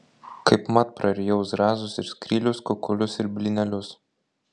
kaipmat prarijau zrazus ir skrylius kukulius ir blynelius